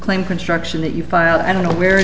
claim construction that you filed i don't know where